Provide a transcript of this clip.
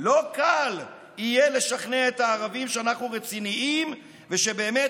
לא קל יהיה לשכנע את הערבים שאנחנו רציניים ושבאמת